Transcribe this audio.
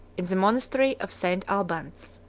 in the monastery of st. albans.